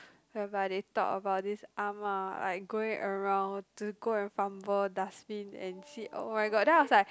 whereby they talk about this ah-ma like going around to go and fumble dust bin and see oh-my-god then I was like